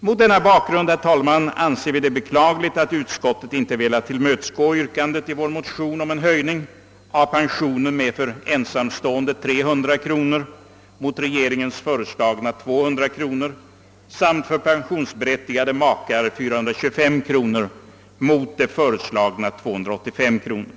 Mot denna bakgrund, herr talman, är det beklagligt att utskottet inte har velat tillmötesgå yrkandet i vårt motionspar om en höjning av pensionen för ensamstående med 300 kronor mot regeringens föreslagna 200 kronor samt för pensionsberättigade makar med 425 kronor mot föreslagna 285 kronor.